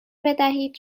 بدهید